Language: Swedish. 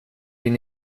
blir